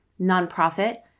nonprofit